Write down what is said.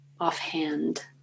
offhand